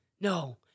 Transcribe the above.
No